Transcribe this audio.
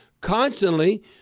constantly